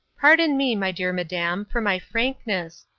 pardon me, my dear madam, for my frankness.